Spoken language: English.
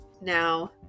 Now